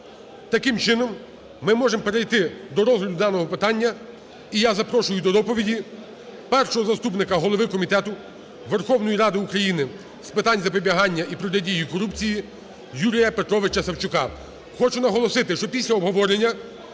Таким чином, ми можемо перейти до розгляду даного питання, і я запрошую до доповіді першого заступника голови Комітету Верховної Ради України з питань запобігання і протидії корупції Юрія Петровича Савчука. Хочу наголосити, що після обговорення